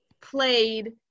played